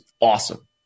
awesome